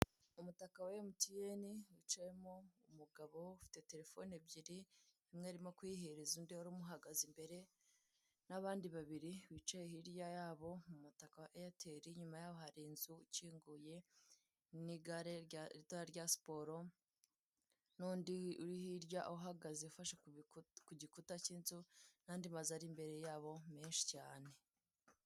Umutaka wa emutiyene wicayemo umugabo ufite terefone ebyiri imwe arimo kuyihereza undi wari umuhagaze imbere n'abandi babiri bicaye hirya yabo mu mutaka wa eyateri inyuma yaho hari inzu ikinguye n'igare ritoya rya siporo, n'undi uri hirya uhagaze ufashe ku gikuta cy'inzu n'andi mazu ari hirya yabo menshi cyane.